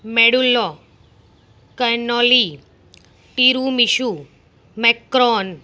મેડુલો કાઇનોલી ટી રૂમીસુ મેક્રોન